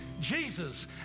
Jesus